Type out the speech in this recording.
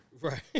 Right